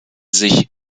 sich